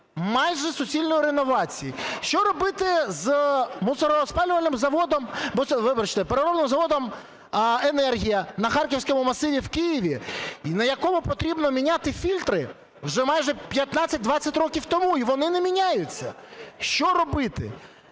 мусороспалювальним заводом, вибачте, переробним заводом "Енергія" на Харківському масиві в Києві, на якому потрібно міняти фільтри вже майже 15-20 років тому і вони не міняються? Що робити?